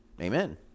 Amen